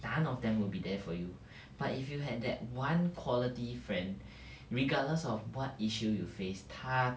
none of them will be there for you but if you have that one quality friend regardless of what issue you face 他